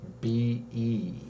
B-E